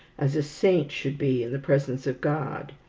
as a saint should be in the presence of god.